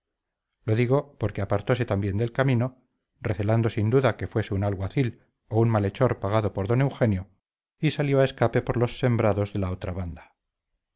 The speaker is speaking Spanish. asustado de ella apartóse también del camino recelando sin duda que fuese un alguacil o un malhechor pagado por don eugenio y salió a escape por los sembrados de la otra banda